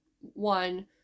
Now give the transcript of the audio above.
one